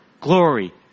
glory